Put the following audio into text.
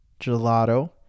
gelato